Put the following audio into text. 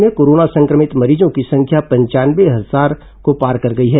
राज्य में कोरोना संक्रमित मरीजों की संख्या पंचानवे हजार को पार कर गई है